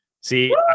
See